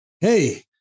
Hey